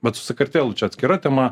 bet su sakartvelu čia atskira tema